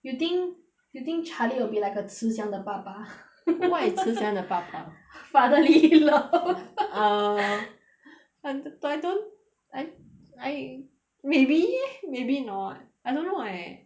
you think you think charlie will be like a 慈祥的爸爸 [what] is 慈祥的爸爸 fatherly love um I do~ I don't I I maybe maybe not I don't know eh